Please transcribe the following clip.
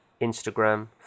Instagram